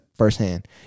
firsthand